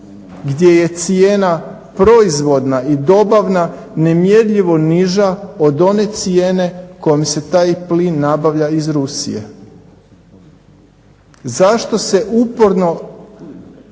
gdje je cijena proizvodna i dobavna nemjerljivo niža od one cijene kojom se taj plin nabavlja iz Rusije. Zašto se uporno,